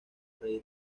rey